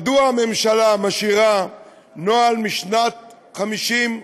מדוע הממשלה משאירה נוהל משנת 1950,